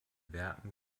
werken